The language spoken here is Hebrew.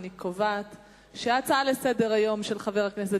אני קובעת שההצעה לסדר-היום של חבר הכנסת